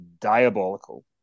diabolical